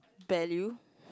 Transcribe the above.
value